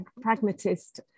pragmatist